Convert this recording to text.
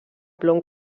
plom